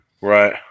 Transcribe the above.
Right